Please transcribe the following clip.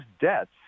debts